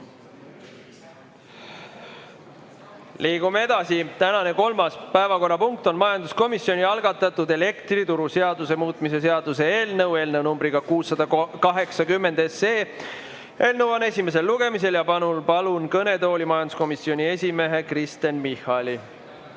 Liigume edasi. Tänane kolmas päevakorrapunkt on majanduskomisjoni algatatud elektrituruseaduse muutmise seaduse eelnõu numbriga 680. Eelnõu on esimesel lugemisel. Palun kõnetooli majanduskomisjoni esimehe Kristen Michali.